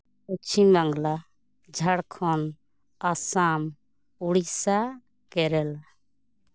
Paschim Bangla Jharkhand Assam Odisha Kerala